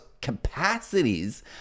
capacities